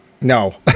No